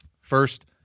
First